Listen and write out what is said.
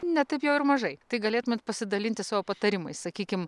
ne taip jau ir mažai tai galėtumėt pasidalinti savo patarimais sakykim